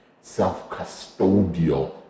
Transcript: self-custodial